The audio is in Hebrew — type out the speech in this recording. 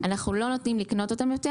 הכול עולה לנו יותר.